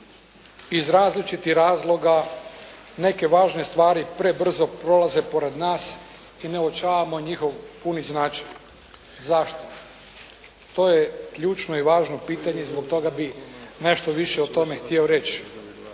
iz različitih razloga neke važne stvari prebrzo prolaze pored nas i ne uočavamo njihov puni značaj. Zašto? To je važno i ključno pitanje i zbog toga bih nešto više o tome htio reći.